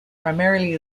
primarily